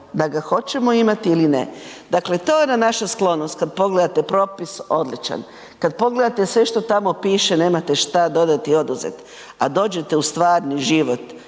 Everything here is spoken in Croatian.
da ga hoćemo imati ili ne. Dakle, to je ona naša sklonost kada pogledate propis odličan, kada pogledate sve što tamo piše nemate šta dodati i oduzet, a dođete u stvarni život